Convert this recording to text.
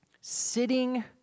Sitting